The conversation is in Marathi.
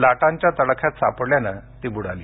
लाटांच्या तडाख्यात सापडल्यानं ती बुडाली